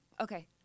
okay